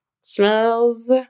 Smells